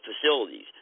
facilities